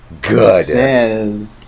Good